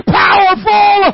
powerful